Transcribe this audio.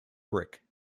brick